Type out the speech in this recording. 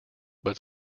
but